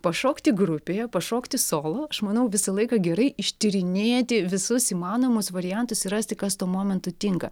pašokti grupėje pašokti solo aš manau visą laiką gerai ištyrinėti visus įmanomus variantus ir rasti kas tuo momentu tinka